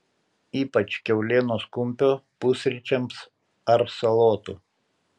ypač kiaulienos kumpio pusryčiams ar salotų